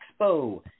Expo